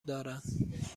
دارند